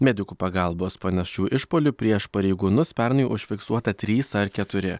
medikų pagalbos panašių išpuolių prieš pareigūnus pernai užfiksuota trys ar keturi